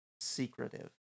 Secretive